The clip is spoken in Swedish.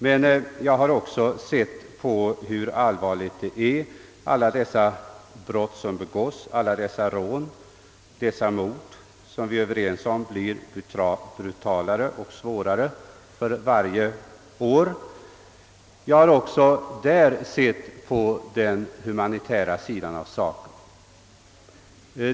Men jag har också gjort klart för mig hur allvarligt det är med alla dessa brott som begås, alla dessa rån och mord som blir brutalare och grövre för varje år. Även här har jag tagit hänsyn till humanitetens krav.